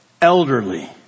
elderly